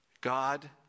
God